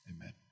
Amen